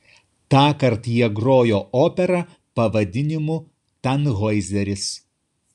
tąkart jie grojo operą pavadinimu tanhoizeris